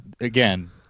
again